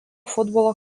futbolo